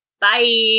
bye